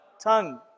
Tongue